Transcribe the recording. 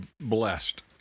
blessed